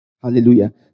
Hallelujah